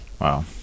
Wow